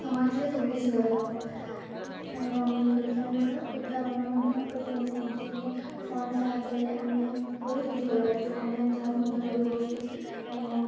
ସମୟ ଥିଲେ ସବୁ କିଛି କରିହେବ ଏବଂ ବିଜ୍ଞାନର ଉଦ୍ଭାବନ ମଧ୍ୟ କରୁଛନ୍ତି ଯେମିତିକି ଫୋନ୍ ସାହାଯ୍ୟରେ ଆମେ ବହୁତ କିଛି କରିପାରୁଛୁ ଅନଲାଇନ୍ କ୍ଲାସ୍ ମଧ୍ୟ କରିହେଉଛି ଏବଂ